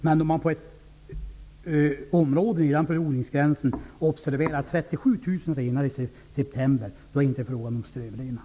Men om man i september på ett område nedanför odlingsgränsen observerar 37 000 renar, då är det inte fråga om strövrenar.